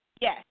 Yes